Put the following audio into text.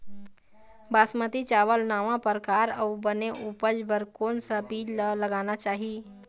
बासमती चावल नावा परकार अऊ बने उपज बर कोन सा बीज ला लगाना चाही?